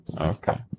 Okay